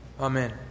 Amen